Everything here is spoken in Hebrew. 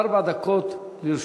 ארבע דקות לרשותך.